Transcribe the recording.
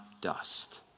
dust